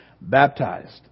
baptized